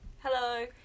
Hello